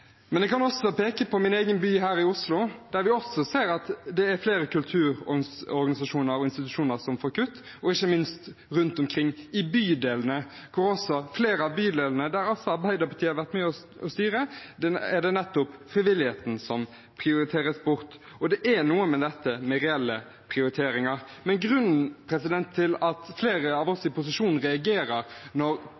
men kreativiteten hadde ikke trengt å være så stor, man kunne bare sett på hva Venstre gjorde i nettopp Stavanger rett før dette nye flertallet tok over. Jeg kan også peke på min egen by, her i Oslo, der vi også ser at flere kulturorganisasjoner og -institusjoner får kutt, ikke minst rundt omkring i flere av bydelene hvor Arbeiderpartiet har vært med på å styre. Der er det nettopp frivilligheten som prioriteres bort. Det er noe med dette – reelle prioriteringer. Men grunnen